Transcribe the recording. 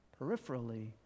peripherally